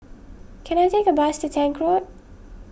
can I take a bus to Tank Road